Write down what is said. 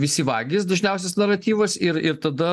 visi vagys dažniausias naratyvas ir ir tada